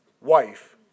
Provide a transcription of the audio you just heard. wife